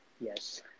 Yes